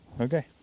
Okay